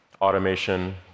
automation